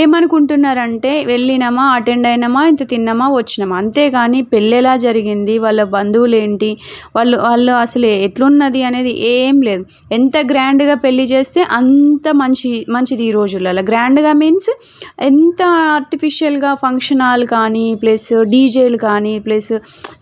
ఏమనుకుంటున్నారంటే వెళ్ళినమా అటెండ్ అయినమా ఇంత తిన్నమా వచ్చినమా అంతే కానీ పెళ్ళెలా జరిగింది వాళ్ళ బంధువులేంటి వాళ్ళు వాళ్ళ అసలు ఎట్లున్నది అనేది ఏం లేదు ఎంత గ్రాండ్గా పెళ్ళి చేస్తే అంత మంచి మంచిది ఈ రోజులలో గ్రాండ్గా మీన్స్ ఎంత ఆర్టిఫీషియల్గా ఫంక్షన్ హాల్ కానీ ప్లస్ డీజేలు కానీ ప్లస్